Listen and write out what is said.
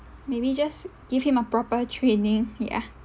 maybe just give him a proper training ya